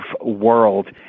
world